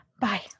Bye